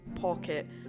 pocket